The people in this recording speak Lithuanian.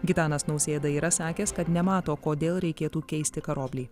gitanas nausėda yra sakęs kad nemato kodėl reikėtų keisti karoblį